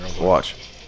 Watch